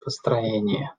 построении